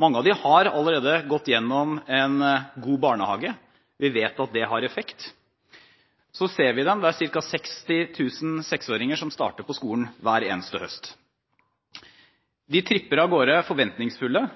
Mange av dem har allerede gått igjennom en god barnehage. Vi vet at det har effekt. Så ser vi dem. Det er ca. 60 000 seksåringer som starter på skolen hver eneste høst. De tripper av gårde forventningsfulle.